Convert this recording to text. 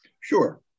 Sure